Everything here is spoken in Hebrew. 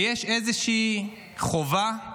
ויש איזושהי חובה,